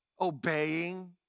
obeying